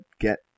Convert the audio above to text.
get